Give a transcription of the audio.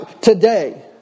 Today